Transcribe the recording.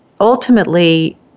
ultimately